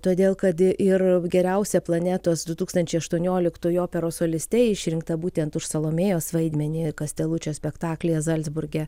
todėl kad ir geriausia planetos du tūkstančiai aštuonioliktų operos soliste ji išrinkta būtent už salomėjos vaidmenį kastelučio spektaklyje zalcburge